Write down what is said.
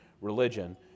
religion